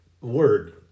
word